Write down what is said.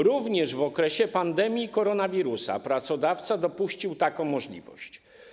Również w okresie pandemii koronawirusa pracodawca dopuścił taką możliwość.